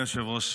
אדוני היושב-ראש,